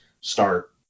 start